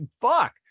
fuck